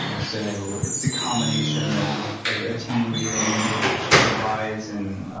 so it's the combination of attenuating the rise in